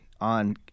on